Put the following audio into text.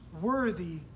worthy